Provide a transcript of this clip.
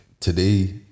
Today